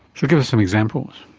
so give us some examples.